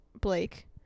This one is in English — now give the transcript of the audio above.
Blake